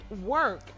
work